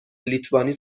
لیتوانی